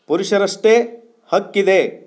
ಪುರುಷರಷ್ಟೇ ಹಕ್ಕಿದೆ